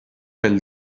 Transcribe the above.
pel